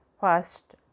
First